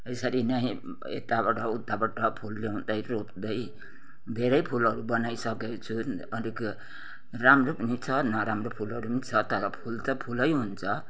यसरी नै यताबाट उताबाट फुल ल्याउँदै रोप्दै धेरै फुलहरू बनाइसकेको छु अलिक राम्रो पनि छ नराम्रो फुलहरू पनि छ तर फुल त फुलै हुन्छ